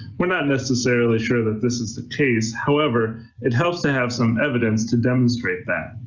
we're not necessarily sure that this is the case, however it helps to have some evidence to demonstrate that.